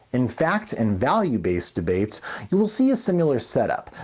in fact and value based debates you will see a similar setup,